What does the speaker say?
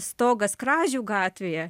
stogas kražių gatvėje